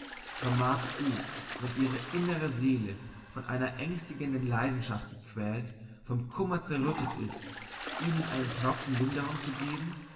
vermagst du wenn ihre innere seele von einer ängstigenden leidenschaft gequält vom kummer zerrüttet ist ihnen einen tropfen linderung zu geben